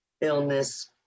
illness